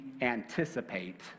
anticipate